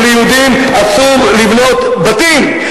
ליהודים אסור לבנות בתים.